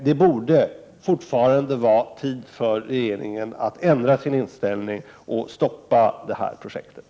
Det borde fortfarande finnas tid för regeringen att ändra sin inställning och stoppa projektet.